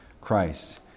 Christ